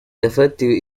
yafatiwe